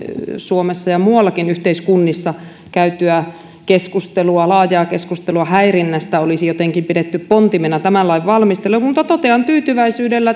suomessa ja muissakin yhteiskunnissa käytyä laajaa keskustelua häirinnästä olisi jotenkin pidetty pontimena tämän lain valmistelulle mutta totean tyytyväisyydellä